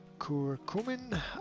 curcumin